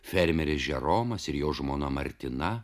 fermeris džeromas ir jo žmona martina